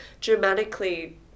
dramatically